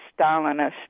Stalinist